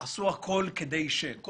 עשו הכל כדי ש..,